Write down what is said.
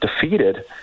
defeated